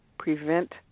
Prevent